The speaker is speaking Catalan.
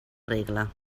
regla